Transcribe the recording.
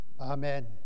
Amen